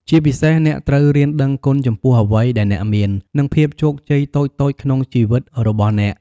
ជាពិសេស អ្នកត្រូវរៀនដឹងគុណចំពោះអ្វីដែលអ្នកមាន និងភាពជោគជ័យតូចៗក្នុងជីវិតរបស់អ្នក។